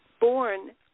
born